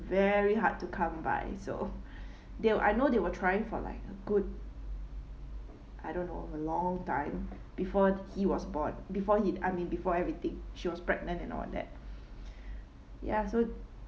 very hard to come by so they I know they were trying for like a good I don't know a long time before he was born before he I mean before everything she was pregnant and all that ya so